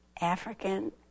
African